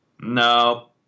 no